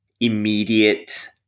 immediate